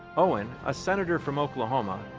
owen, a senator from oklahoma,